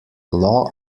law